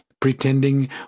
pretending